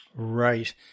Right